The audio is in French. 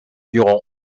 durand